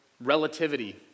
relativity